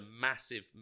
massive